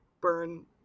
burn